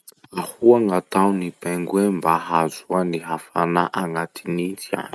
Ahoa gn'ataon'ny pingouins mba hahazoany hafanà anaty nitsy any?